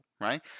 right